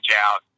out